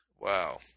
Wow